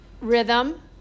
rhythm